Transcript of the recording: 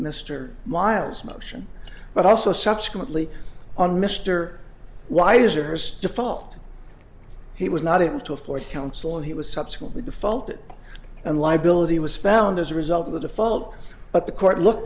mr myles motion but also subsequently on mr wiser's default he was not able to afford counsel and he was subsequently defaulted and liability was found as a result of the default but the court look